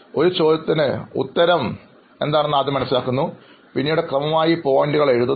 ഒരു ചോദ്യത്തിന് ഉത്തരം ഞാൻ ആദ്യം എന്താണെന്ന് മനസ്സിലാക്കുന്നു പിന്നീട് ക്രമമായി പോയിൻറ്കൾ ആയി എഴുതുന്നു